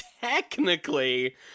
Technically